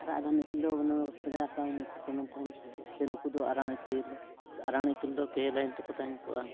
ᱟᱨᱟᱜ ᱜᱟᱱ ᱤᱯᱤᱞ ᱫᱚ ᱢᱟᱱᱮ ᱥᱮᱫᱟᱭ ᱦᱟᱯᱲᱟᱢ ᱠᱚᱠᱚ ᱢᱮᱱ ᱛᱟᱦᱮᱱ ᱡᱮ ᱱᱩᱠᱩ ᱫᱚ ᱟᱨᱟᱲ ᱤᱯᱤᱞ ᱟᱨᱟᱲ ᱤᱯᱤᱞ ᱫᱚ ᱯᱮ ᱞᱟᱭᱤᱱ ᱛᱮᱠᱚ ᱛᱟᱦᱮᱸ ᱠᱚᱜᱼᱟ